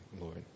Lord